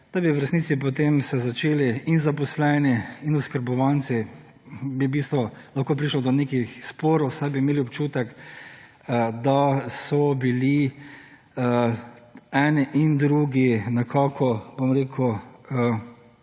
da bi v resnici potem se začeli in zaposleni in oskrbovanci bi v bistvu lahko prišlo do nekih sporov, saj bi imeli občutek, da so bili eni in drugi nekako izkoriščeni